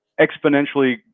exponentially